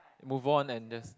move on and just